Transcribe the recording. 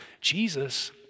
Jesus